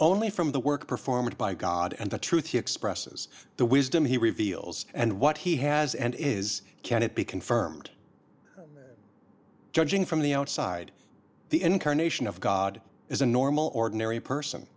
only from the work performed by god and the truth he expresses the wisdom he reveals and what he has and is can it be confirmed judging from the outside the incarnation of god as a normal ordinary person